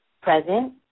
Present